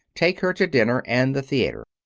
take her to dinner and the theater.